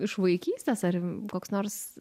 iš vaikystės ar koks nors